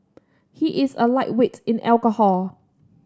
he is a lightweight in alcohol